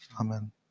Amen